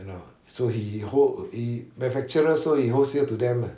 you know so he work he manufacturer so he wholesale to them lah